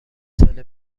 ساله